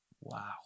Wow